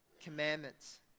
commandments